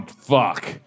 fuck